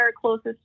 closest